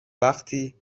وقتی